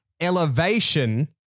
elevation